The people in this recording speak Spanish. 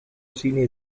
cine